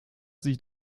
sich